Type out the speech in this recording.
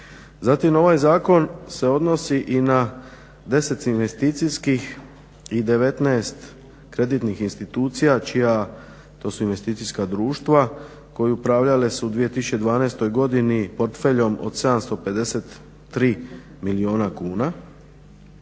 ovaj zakon se odnosi i na 10 investicijskih i 19 kreditnih institucija čija, to su investicijska društva koje upravljale su u 2012. godini portfeljom od 753 milijuna kuna,